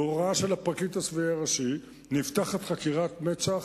בהוראה של הפרקליט הצבאי הראשי, נפתחת חקירת מצ"ח,